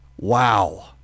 Wow